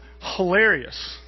hilarious